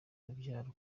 urubyaro